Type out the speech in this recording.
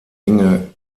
enge